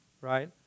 right